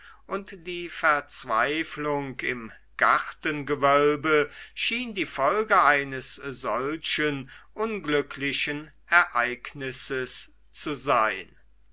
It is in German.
und die verzweiflung im gartengewölbe schien die folge eines solchen unglücklichen ereignisses zu sein